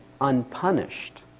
unpunished